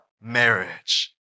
marriage